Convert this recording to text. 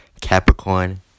capricorn